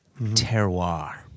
terroir